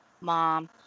mom